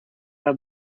had